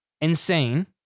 Insane